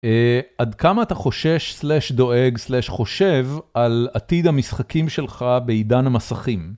עד כמה אתה חושש/דואג/חושב על עתיד המשחקים שלך בעידן המסכים?